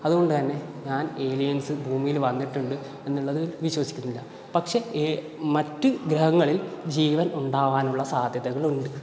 അതുകൊണ്ട് തന്നെ ഞാൻ ഏലിയൻസ് ഭൂമിയിൽ വന്നിട്ടുണ്ട് എന്നുള്ളത് വിശ്വസിക്കുന്നില്ല പക്ഷേ മറ്റ് ഗ്രഹങ്ങളിൽ ജീവൻ ഉണ്ടാവാനുള്ള സാധ്യതകളുണ്ട്